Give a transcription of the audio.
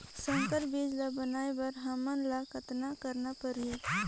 संकर बीजा ल बनाय बर हमन ल कतना करना परही?